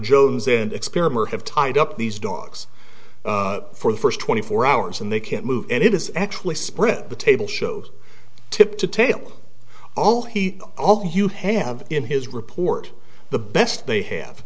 jones and experiment have tied up these dogs for the first twenty four hours and they can't move and it is actually spread the table shows tip detail all he all hugh have in his report the best they have